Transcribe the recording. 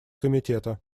комитета